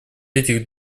этих